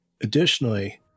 Additionally